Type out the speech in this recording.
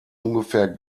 ungefähr